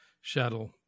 shuttle